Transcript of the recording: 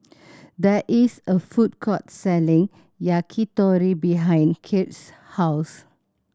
there is a food court selling Yakitori behind Kirt's house